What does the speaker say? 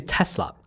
Tesla